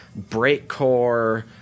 breakcore